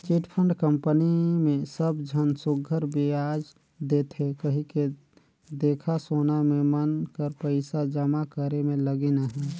chit fund company मे सब झन सुग्घर बियाज देथे कहिके देखा सुना में मन कर पइसा जमा करे में लगिन अहें